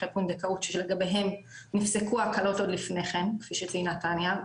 פונדקאות שלגביהם נפסקו ההקלות עוד לפני כן כפי שציינה תניה,